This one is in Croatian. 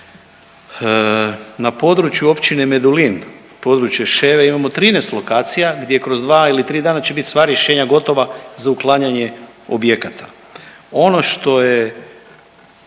Na području općine Medulin područje Ševe imamo 13 lokacija gdje kroz 2 ili 3 dana će biti sva rješenja gotova za uklanjanje objekata. Ono što je